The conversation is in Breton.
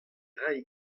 rae